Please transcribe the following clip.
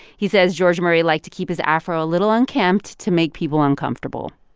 he says george murray liked to keep his afro a little unkempt to make people uncomfortable